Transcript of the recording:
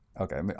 okay